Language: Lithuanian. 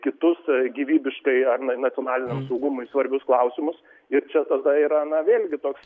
kitus gyvybiškai ar na nacionaliniam saugumui svarbius klausimus ir čia tada yra na vėlgi toks